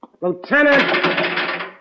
Lieutenant